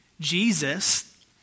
Jesus